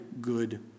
good